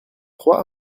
trois